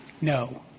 No